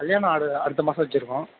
கல்யாணம் அடு அடுத்த மாதம் வச்சுருக்கோம்